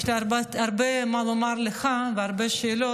יש לי הרבה מה לומר לך והרבה שאלות.